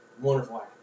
Wonderful